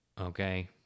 okay